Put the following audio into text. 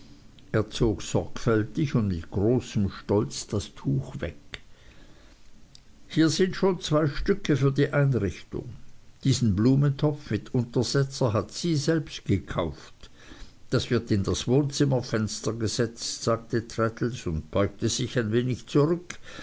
zog sorgfältig und mit großem stolz das tuch weg hier sind schon zwei stücke für die einrichtung diesen blumentopf mit untersetzer hat sie selbst gekauft das wird in das wohnzimmerfenster gesetzt sagte traddles und beugte sich ein wenig zurück